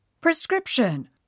Prescription